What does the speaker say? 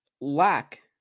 lack